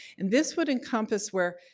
and this would encompass where,